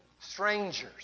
Strangers